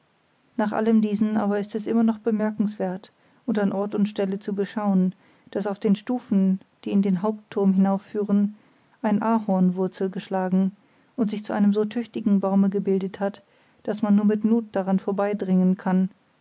nach allem diesem aber ist es immer noch bemerkenswert und an ort und stelle zu beschauen daß auf den stufen die in den hauptturm hinaufführen ein ahorn wurzel geschlagen und sich zu einem so tüchtigen baume gebildet hat daß man nur mit not daran vorbeidringen kann